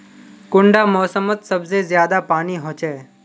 कुंडा मोसमोत सबसे ज्यादा पानी होचे?